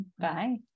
Bye